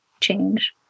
change